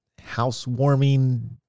housewarming